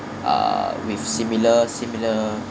uh with similar similar